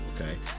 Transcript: okay